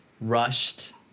rushed